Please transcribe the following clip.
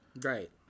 Right